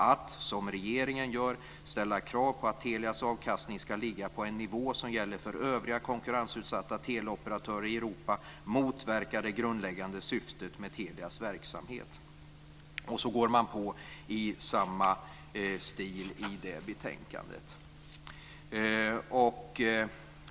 Att - som regeringen gör - ställa krav på att Telias avkastning skall ligga på en nivå som gäller för övriga konkurrensutsatta teleoperatörer i Europa motverkar det grundläggande syftet med Telias verksamhet." Så går man på i samma stil i det betänkandet.